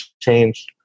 change